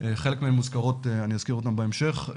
חלק מהן אני אזכיר בהמשך,